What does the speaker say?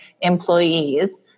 employees